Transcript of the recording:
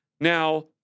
Now